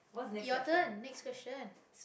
your turn next question